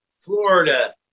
Florida